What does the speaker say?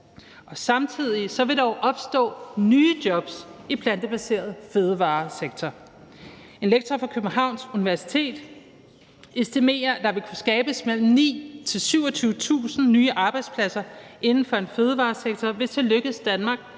Samtidig vil der jo opstå nye jobs i den plantebaserede fødevaresektor. En lektor fra Københavns Universitet estimerer, at der vil kunne skabes mellem 9.000 og 27.000 nye arbejdspladser inden for en fødevaresektor, hvis det lykkes Danmark